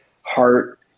heart